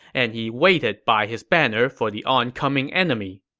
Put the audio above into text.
and he waited by his banner for the oncoming enemy.